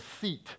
seat